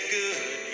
good